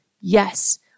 Yes